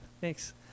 thanks